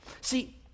See